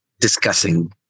Discussing